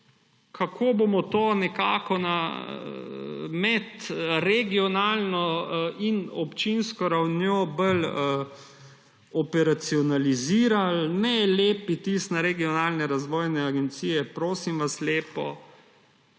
kako bomo to med medregionalno in občinsko ravnjo bolj operacionalizirali. Ne lepiti tistega na regionalne razvojne agencije, prosim vas lepo.